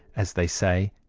as they say,